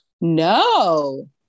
No